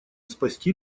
спасти